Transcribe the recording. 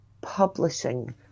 publishing